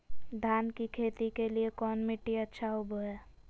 धान की खेती के लिए कौन मिट्टी अच्छा होबो है?